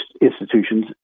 institutions